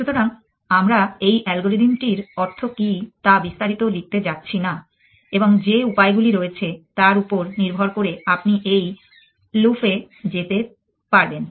সুতরাং আমরা এই অ্যালগোরিদম টির অর্থ কী তা বিস্তারিত লিখতে যাচ্ছি না এবং যে উপায়গুলি রয়েছে তার উপর নির্ভর করে আপনি এই লোফ এ যেতে পারবেন